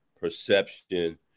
perception